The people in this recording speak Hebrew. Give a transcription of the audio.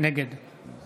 נגד